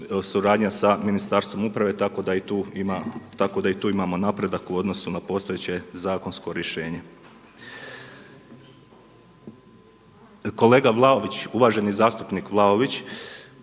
suradnja sa Ministarstvom uprave tako da i tu imamo napredak u odnosu na postojeće zakonsko rješenje. Kolega, uvaženi zastupnik Vlaović